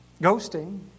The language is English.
ghosting